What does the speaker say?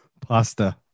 Pasta